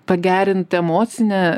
pagerinti emocinę